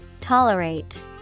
Tolerate